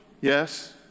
Yes